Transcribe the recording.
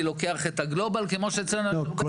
אני לוקח את הגלובל כמו שאצלנו --- טוב,